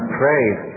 praise